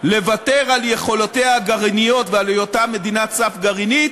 לוותר על יכולותיה הגרעיניות ועל היותה מדינת סף גרעינית,